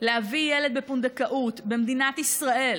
להביא ילד בפונדקאות במדינת ישראל